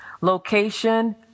location